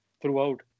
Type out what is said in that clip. throughout